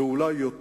וגם,